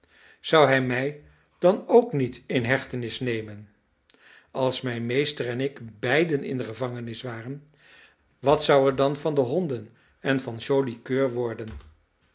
zou hij mij dan ook niet in hechtenis nemen als mijn meester en ik beiden in de gevangenis waren wat zou er dan van de honden en van joli coeur worden